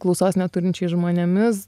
klausos neturinčiais žmonėmis